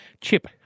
chip